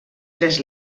tres